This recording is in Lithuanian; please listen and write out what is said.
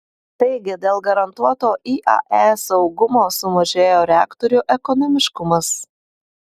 taigi dėl garantuoto iae saugumo sumažėjo reaktorių ekonomiškumas